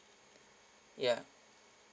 ya